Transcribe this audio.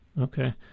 Okay